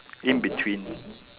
in between